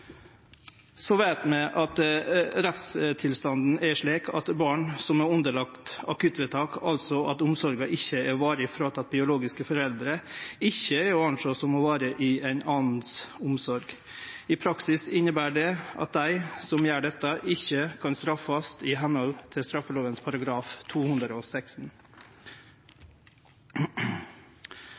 Så veit vi at rettstilstanden er slik at barn som er underlagde akuttvedtak, altså at omsorga ikkje er varig teken frå biologiske foreldre, ikkje er å sjå på som å vere under omsorg av ein annan. I praksis inneber det at dei som gjer dette, ikkje kan straffast etter § 216 i